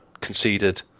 conceded